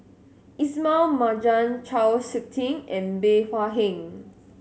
Ismail Marjan Chau Sik Ting and Bey Hua Heng